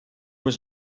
was